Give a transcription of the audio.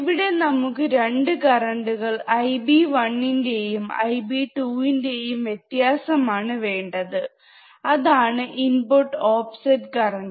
ഇവിടെ നമുക്ക് രണ്ട് കറണ്ട് കൾ Ib1 ന്റെയും Ib2ന്റെയും വ്യത്യാസം ആണ് വേണ്ടത് അതാണ് ഇൻപുട്ട് ഓഫ്സെറ്റ് കറണ്ട്